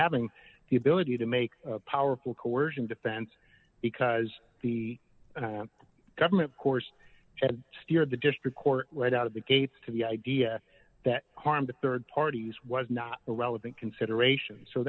having the ability to make a powerful coersion defense because the government course has steered the district court led out of the gates to the idea that harm to rd parties was not a relevant consideration so